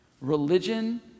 religion